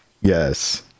Yes